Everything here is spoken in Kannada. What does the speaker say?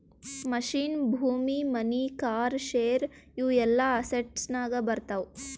ಮಷಿನ್, ಭೂಮಿ, ಮನಿ, ಕಾರ್, ಶೇರ್ ಇವು ಎಲ್ಲಾ ಅಸೆಟ್ಸನಾಗೆ ಬರ್ತಾವ